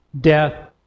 death